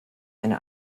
eine